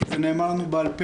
כי זה נאמר לנו בעל-פה.